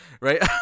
right